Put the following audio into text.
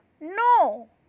No